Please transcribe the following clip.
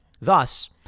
Thus